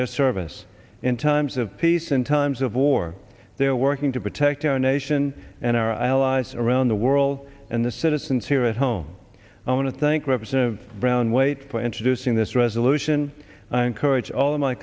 their service in times of peace in times of war they're working to protect our nation and our allies around the world and the citizens here at home i want to thank representative brown wait for introducing this resolution i encourage all of my